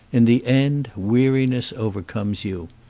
in the end weariness overcomes you.